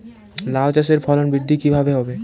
লাউ চাষের ফলন বৃদ্ধি কিভাবে হবে?